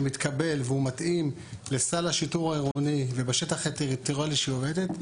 שמתקבל והוא מתאים לסל השיטור העירוני ובשטח הטריטוריאלי שהיא עובדת,